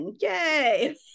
Yay